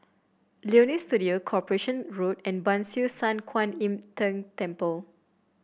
Leonie Studio Corporation Road and Ban Siew San Kuan Im Tng Temple